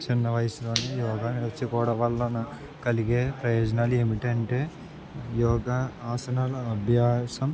చిన్న వయసులో యోగా నేర్చుకోవడం వల్ల కలిగే ప్రయోజనాలుఏంటంటే యోగా ఆసనాలు అభ్యాసం